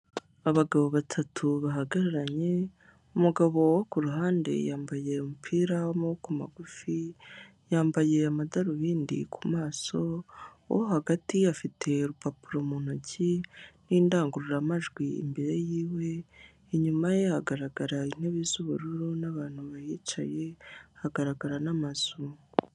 Abagabo batatu bahagararanye, umugabo wo ku ruhande yambaye umupira w'amaboko magufi, yambaye amadarubindi ku maso, uwo hagati afite urupapuro mu ntoki n'indangururamajwi imbere yiwe, inyuma ye hagaragara intebe z'ubururu n'abantu bahicaye, hagaragara n'amazu.